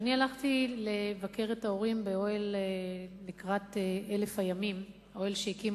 כשאני הלכתי לקראת 1,000 הימים לבקר